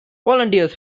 volunteers